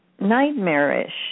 nightmarish